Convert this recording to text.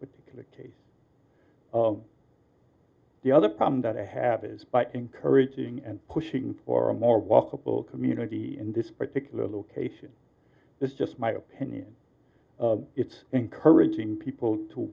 particular case the other problem that i have is by encouraging and pushing for a more walkable community in this particular location is just my opinion it's encouraging people to